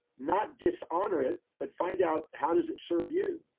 not dishonor it, but find out how does it serve you?